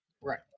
Right